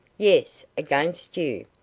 yes, against you.